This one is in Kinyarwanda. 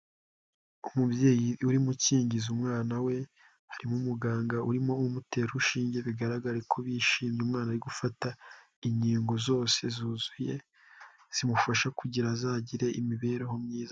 Umubyeyi urimo ukingiza umwana we, harimo umuganga urimo umutera urushinge bigaragare ko bishimiye, umwana ari gufata inkingo zose zuzuye, zimufasha kugira azagire imibereho myiza.